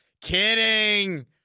Kidding